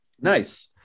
Nice